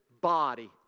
body